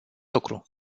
lucru